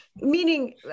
Meaning